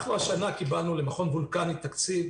אנחנו השנה קיבלנו למכון וולקני תקציב